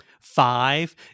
five